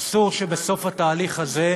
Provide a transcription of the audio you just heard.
אסור שבסוף התהליך הזה,